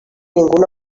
ningú